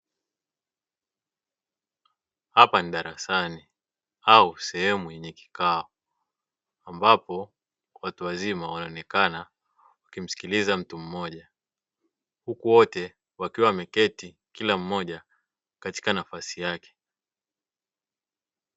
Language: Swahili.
Hapa ni darasani au sehemu yenye kikao, ambapo watu wazima wanaonekana wakimsikiliza mtu mmoja, huku wote wakiwa wameketi kila mmoja katika nafasi yake.